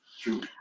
true